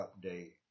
update